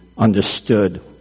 Understood